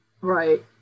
Right